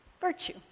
virtue